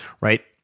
right